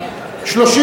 לא נתקבלה.